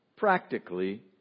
practically